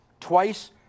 twice